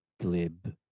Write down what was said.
glib